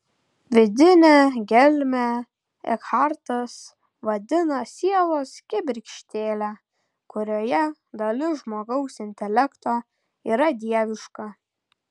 vidinę gelmę ekhartas vadina sielos kibirkštėle kurioje dalis žmogaus intelekto yra dieviška